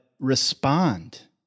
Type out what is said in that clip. respond